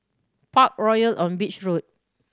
Parkroyal on Beach Road